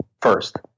first